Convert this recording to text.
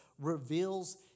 reveals